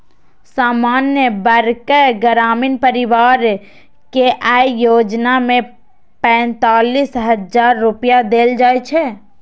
सामान्य वर्गक ग्रामीण परिवार कें अय योजना मे पैंतालिस हजार रुपैया देल जाइ छै